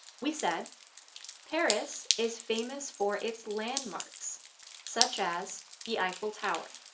we said paris is famous for its landmarks such as the eiffel tower.